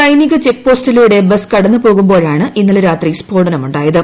സൈനിക ചെക്പോസ്റ്റിലൂടെ ബസ് കടന്നു പോകുമ്പോഴാണ് ഇന്നലെ രാത്രി സ്ഫോടനം ഉണ്ടായത്